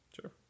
sure